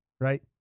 right